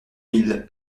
mille